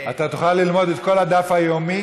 אתה תוכל ללמוד את כל הדף היומי,